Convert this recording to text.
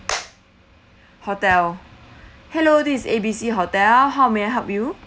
hotel hello this is A_B_C hotel how may I help you